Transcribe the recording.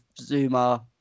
Zuma